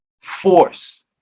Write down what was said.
force